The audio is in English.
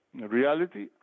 reality